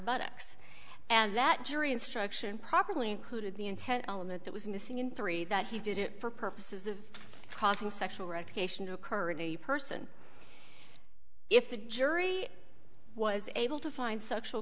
buttocks and that jury instruction properly included the intent element that was missing in three that he did it for purposes of causing sexual recreation to occur in a person if the jury was able to find sexual